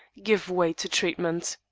give way to treatment.